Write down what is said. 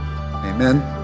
Amen